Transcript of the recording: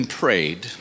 prayed